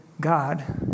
God